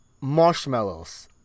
marshmallows